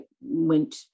went